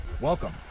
Welcome